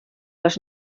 les